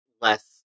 less